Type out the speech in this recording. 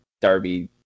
Darby